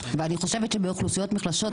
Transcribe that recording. ואני חושבת שבאוכלוסיות מוחלשות,